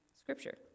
scripture